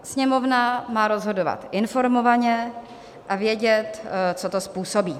Sněmovna má rozhodovat informovaně a vědět, co to způsobí.